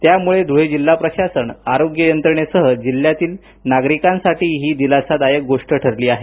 त्यामुळे ध्वळे जिल्हा प्रशासन आरोग्य यंत्रणेसह जिल्ह्यातील नागरीकांसाठी ही दिलासादायक गोष्ट ठरली आहे